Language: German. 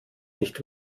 nicht